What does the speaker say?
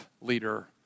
leader